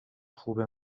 خوبه